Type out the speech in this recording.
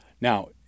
Now